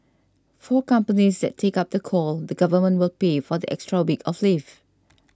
for companies that take up the call the government will pay for the extra week of leave